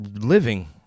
living